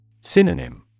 Synonym